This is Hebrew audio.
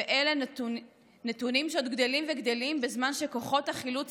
ואלה נתונים שעוד גדלים וגדלים בזמן שכוחות החילוץ